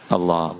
Allah